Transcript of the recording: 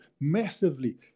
massively